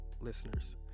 listeners